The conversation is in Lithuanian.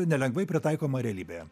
nelengvai pritaikoma realybėje